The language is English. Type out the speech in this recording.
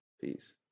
Peace